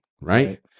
right